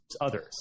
others